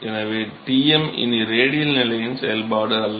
எனவே Tm இனி radial நிலையின் செயல்பாடு அல்ல